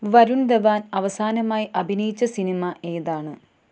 വരുൺ ധവാൻ അവസാനമായി അഭിനയിച്ച സിനിമ ഏതാണ്